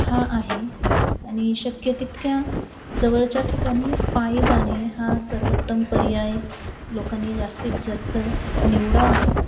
हा आहे आणि शक्य तितक्या जवळच्या ठिकाणी पायी जाणे हा सर्वोत्तम पर्याय लोकांनी जास्तीत जास्त निवडावा